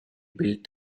built